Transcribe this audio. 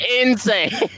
insane